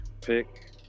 pick